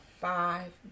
five